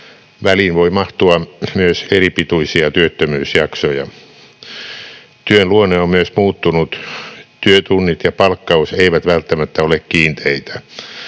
Väliin voi mahtua myös eripituisia työttömyysjaksoja. Työn luonne on myös muuttunut. Työtunnit ja palkkaus eivät välttämättä ole kiinteitä.